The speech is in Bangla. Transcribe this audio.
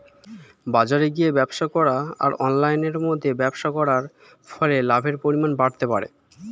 বাজারে গিয়ে ব্যবসা করা আর অনলাইনের মধ্যে ব্যবসা করার ফলে লাভের পরিমাণ বাড়তে পারে?